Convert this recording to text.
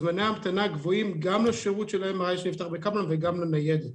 זמני ההמתנה גבוהים גם לשירות ה-MRI שנפתח בקפלן וגם לניידת.